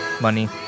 money